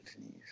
knees